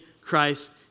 Christ